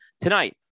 Tonight